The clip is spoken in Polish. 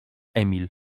emil